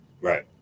Right